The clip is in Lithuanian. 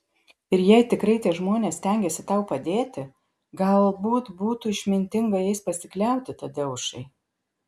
ir jei tikrai tie žmonės stengiasi tau padėti galbūt būtų išmintinga jais pasikliauti tadeušai